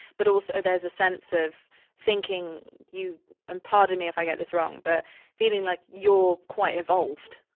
but also there's a sense of thinking you and pardon me if i get this wrong, but feeling like you're quite evolved.